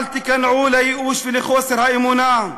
אל תיכנעו לייאוש ולחוסר האמונה.